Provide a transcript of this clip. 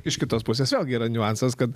iš kitos pusės vėlgi yra niuansas kad